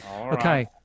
Okay